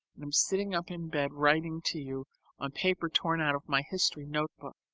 and am sitting up in bed writing to you on paper torn out of my history note-book.